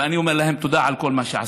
ואני אומר להם תודה על כל מה שעשו.